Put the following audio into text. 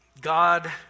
God